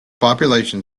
population